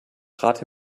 rate